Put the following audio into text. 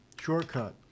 shortcut